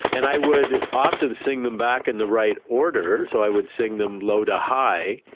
and i would often sing them back in the right order, so i would sing them low to high,